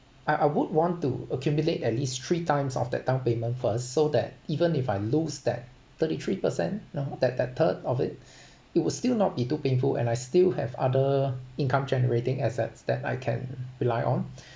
I I would want to accumulate at least three times of that down payment first so that even if I lose that thirty three percent now that that third of it it will still not be too painful and I still have other income generating assets that I can rely on